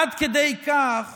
עד כדי כך